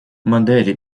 модели